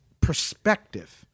perspective